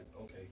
okay